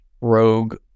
rogue